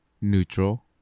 Neutral